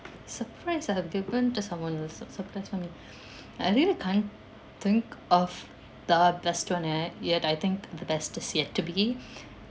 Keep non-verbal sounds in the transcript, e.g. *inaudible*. surprise that I have given to someone sur~ surprise for me *noise* I really can't think of the best one ye~ yet I think the best is yet to be